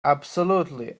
absolutely